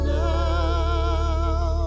now